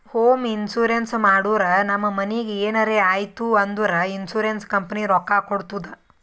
home insurance ಮಾಡುರ್ ನಮ್ ಮನಿಗ್ ಎನರೇ ಆಯ್ತೂ ಅಂದುರ್ ಇನ್ಸೂರೆನ್ಸ್ ಕಂಪನಿ ರೊಕ್ಕಾ ಕೊಡ್ತುದ್